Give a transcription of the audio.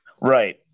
Right